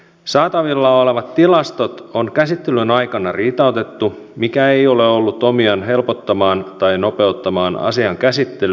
saatavilla olevat tilastot on käsittelyn aikana riitautettu mikä ei ole ollut omiaan helpottamaan tai nopeuttamaan asian käsittelyä ja päätöksentekoa